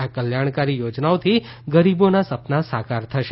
આ કલ્યાણકારી યોજનાઓથી ગરીબોના સપના સાકાર થશે